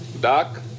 Doc